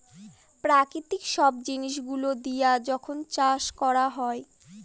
প্রাকৃতিক সব জিনিস গুলো দিয়া যখন চাষ করা হয়